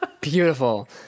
Beautiful